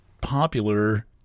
popular